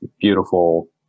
beautiful